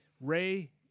Ray